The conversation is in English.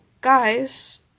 guys